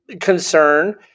concern